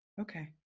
okay